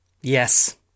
Yes